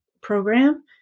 program